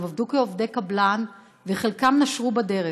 הם עבדו כעובדי קבלן, וחלקם נשרו בדרך.